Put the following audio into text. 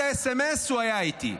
עד הסמ"ס הוא היה איתי.